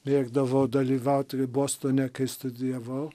mėgdavau dalyvauti bostone kai studijavau